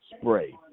spray